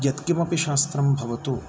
यत्किमपि शास्त्रं भवतु